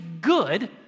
good